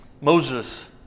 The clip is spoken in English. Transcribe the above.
Moses